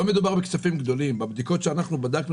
אין מדובר בסכומים גדולים, בבדיקות שאנחנו בדקנו